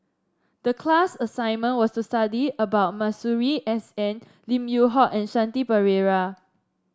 the class assignment was to study about Masuri S N Lim Yew Hock and Shanti Pereira